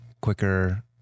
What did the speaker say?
quicker